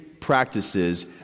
practices